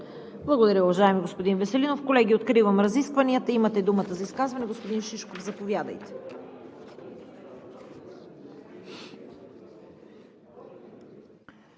Благодаря, уважаеми господин Веселинов. Колеги, откривам разискванията. Имате думата за изказвания. Господин Шишков, заповядайте.